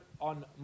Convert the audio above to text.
on